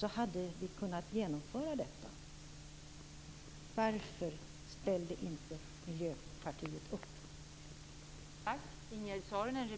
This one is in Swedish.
hade vi kunnat genomföra detta. Varför ställde Miljöpartiet inte upp?